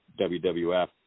wwf